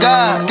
God